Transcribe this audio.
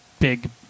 big